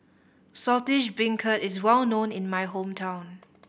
Saltish Beancurd is well known in my hometown